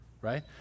right